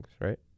right